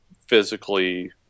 physically